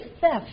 theft